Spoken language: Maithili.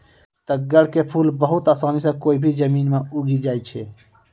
तग्गड़ के फूल बहुत आसानी सॅ कोय भी जमीन मॅ उगी जाय छै